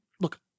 look